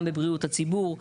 גם בבריאות הציבור,